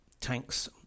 tanks